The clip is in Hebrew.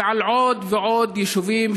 ועל עוד ועוד יישובים,